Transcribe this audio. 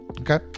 okay